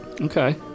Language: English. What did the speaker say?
okay